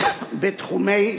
בתחומי